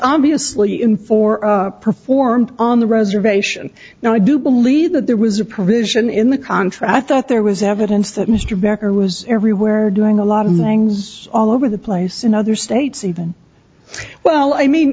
obviously in for a perform on the reservation now i do believe that there was a provision in the contract that there was evidence that mr becker was everywhere doing a lot of lang's all over the place in other states even well i mean